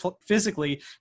physically